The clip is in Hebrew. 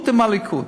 כריתות עם הליכוד.